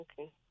Okay